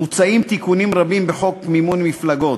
מוצעים כאן תיקונים רבים בחוק מימון מפלגות,